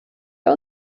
wir